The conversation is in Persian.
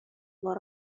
بار